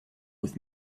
with